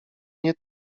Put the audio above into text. nie